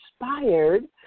inspired